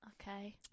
Okay